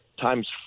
times